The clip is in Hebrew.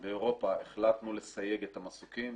באירופה החלטנו לסייג את המסוקים.